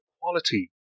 quality